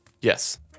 Yes